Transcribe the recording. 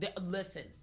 Listen